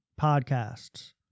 podcasts